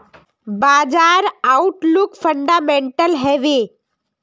बाजार outlook fundamental हैवै?